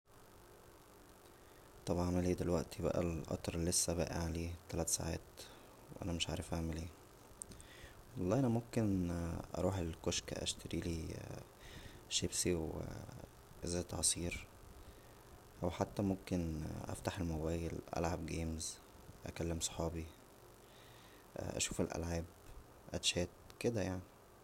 طب اعمل ايه دلوقتى بقى القطر لسه باقى عليه تلات ساعات انا مش عارف اعمل ايه والله انا ممكن اروح الكشك اشتريلى شيبسى وازازة عصير او حتى ممكن افتح الموبايل العب العاب اكلم صحابى اشوف الالعاب اتشات كدا يعنى